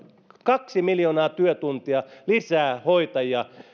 kaksi miljoonaa työtuntia lisää hoitajia